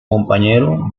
compañero